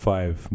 Five